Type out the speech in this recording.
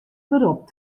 berop